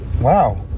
wow